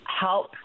help